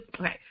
okay